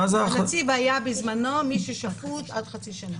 מי שהיה בזמנו שפוט עד חצי שנה.